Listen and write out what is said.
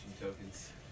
tokens